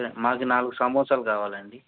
మాకు నాలుగు సమోసాలు కావాలండి